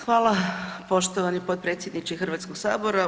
Hvala poštovani potpredsjedniče Hrvatskoga sabora.